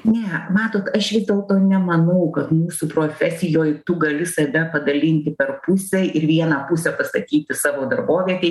ne matot aš vis dėlto nemanau kad mūsų profesijoj tu gali save padalinti per pusę ir vieną pusę pasakyti savo darbovietėj